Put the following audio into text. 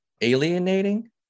alienating